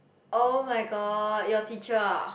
[oh]-my-god your teacher ah